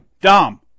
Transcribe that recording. Dom